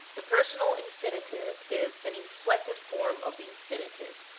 the personal infinitive is an inflected form of the infinitive.